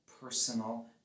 personal